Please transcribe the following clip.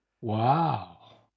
Wow